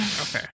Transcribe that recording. okay